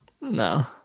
No